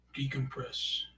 decompress